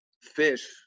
fish